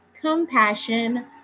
compassion